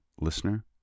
listener